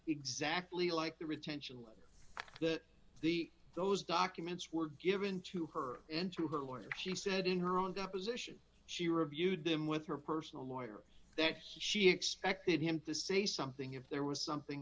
exactly like the retention that the those documents were given to her and to her lawyers she said in her own got position she reviewed them with her personal lawyer that she expected him to say something if there was something